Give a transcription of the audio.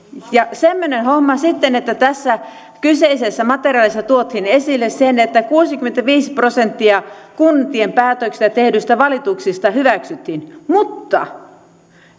semmoinen homma sitten että tässä kyseisessä materiaalissa tuotiin esille se että kuusikymmentäviisi prosenttia kuntien päätöksistä tehdyistä valituksista hyväksyttiin mutta